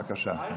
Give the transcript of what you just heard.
בבקשה.